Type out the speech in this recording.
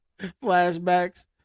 flashbacks